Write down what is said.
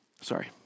Sorry